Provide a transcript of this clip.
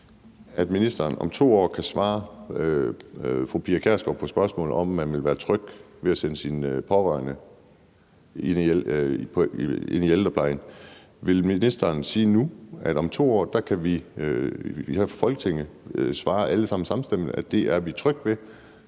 at ministeren om 2 år kan svare fru Pia Kjærsgaard på spørgsmålet om, om man vil være tryg ved at sende sine pårørende ind i ældreplejen? Vil ministeren sige nu, at om 2 år kan vi her i Folketinget alle sammen svare samstemmende, at det er vi trygge ved,